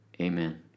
amen